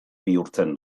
bihurtzen